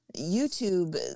YouTube